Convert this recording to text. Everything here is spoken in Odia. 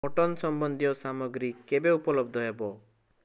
ମଟନ୍ ସମ୍ବନ୍ଧୀୟ ସାମଗ୍ରୀ କେବେ ଉପଲବ୍ଧ ହେବ